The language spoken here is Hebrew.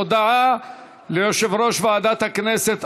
הודעה ליושב-ראש ועדת הכנסת.